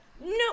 No